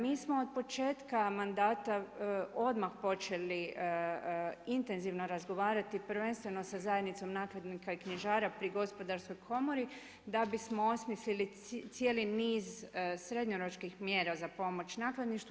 Mi smo od početka manda odmah počeli intenzivno razgovarati, prvenstveno sa zajednicom nakladnika i knjižara pri Gospodarskoj komori da bismo osmisli cijeli niz srednjoročnih mjera za pomoć nakladništvu.